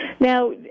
Now